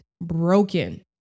broken